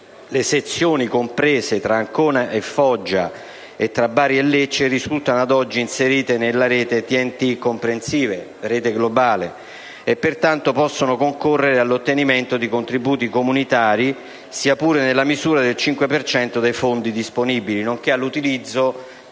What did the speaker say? le sezioni comprese tra Ancona e Foggia e tra Bari e Lecce risultano, ad oggi, incluse nella rete TEN‑T *comprehensive*, la rete globale, e pertanto possono concorrere all'ottenimento di contributi comunitari, sia pure nella misura del 5 per cento dei fondi disponibili, nonché all'utilizzo